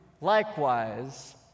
likewise